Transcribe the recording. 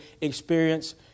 experience